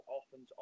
often